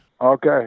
Okay